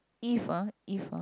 if ah if ah